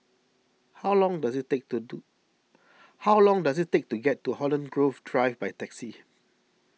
how long does it take to do how long does it take to get to Holland Grove Drive by taxi